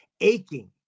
aching